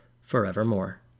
forevermore